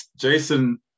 Jason